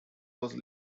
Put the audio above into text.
was